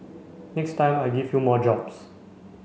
next time I give you more jobs